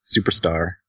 Superstar